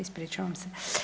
Ispričavam se.